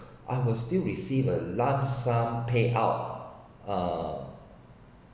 I will still receive a lump sum payout uh